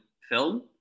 film